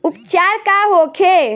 उपचार का होखे?